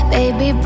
Baby